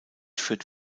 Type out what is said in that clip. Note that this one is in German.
führt